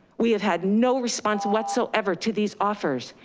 we have had no response whatsoever to these offers.